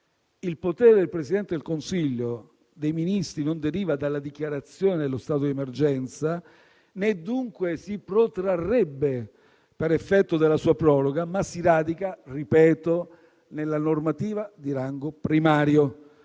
Il potere del Presidente del Consiglio dei ministri non deriva dalla dichiarazione dello stato di emergenza, né dunque si protrarrebbe per effetto della sua proroga, ma si radica - ripeto - nella normativa di rango primario.